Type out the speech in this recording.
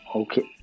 okay